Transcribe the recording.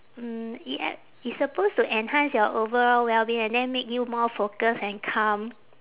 mm it ac~ it's supposed to enhance your overall well being and then make you more focus and calm